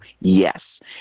yes